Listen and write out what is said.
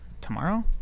tomorrow